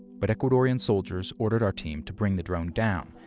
but ecuadorean soldiers ordered our team to bring the drone down,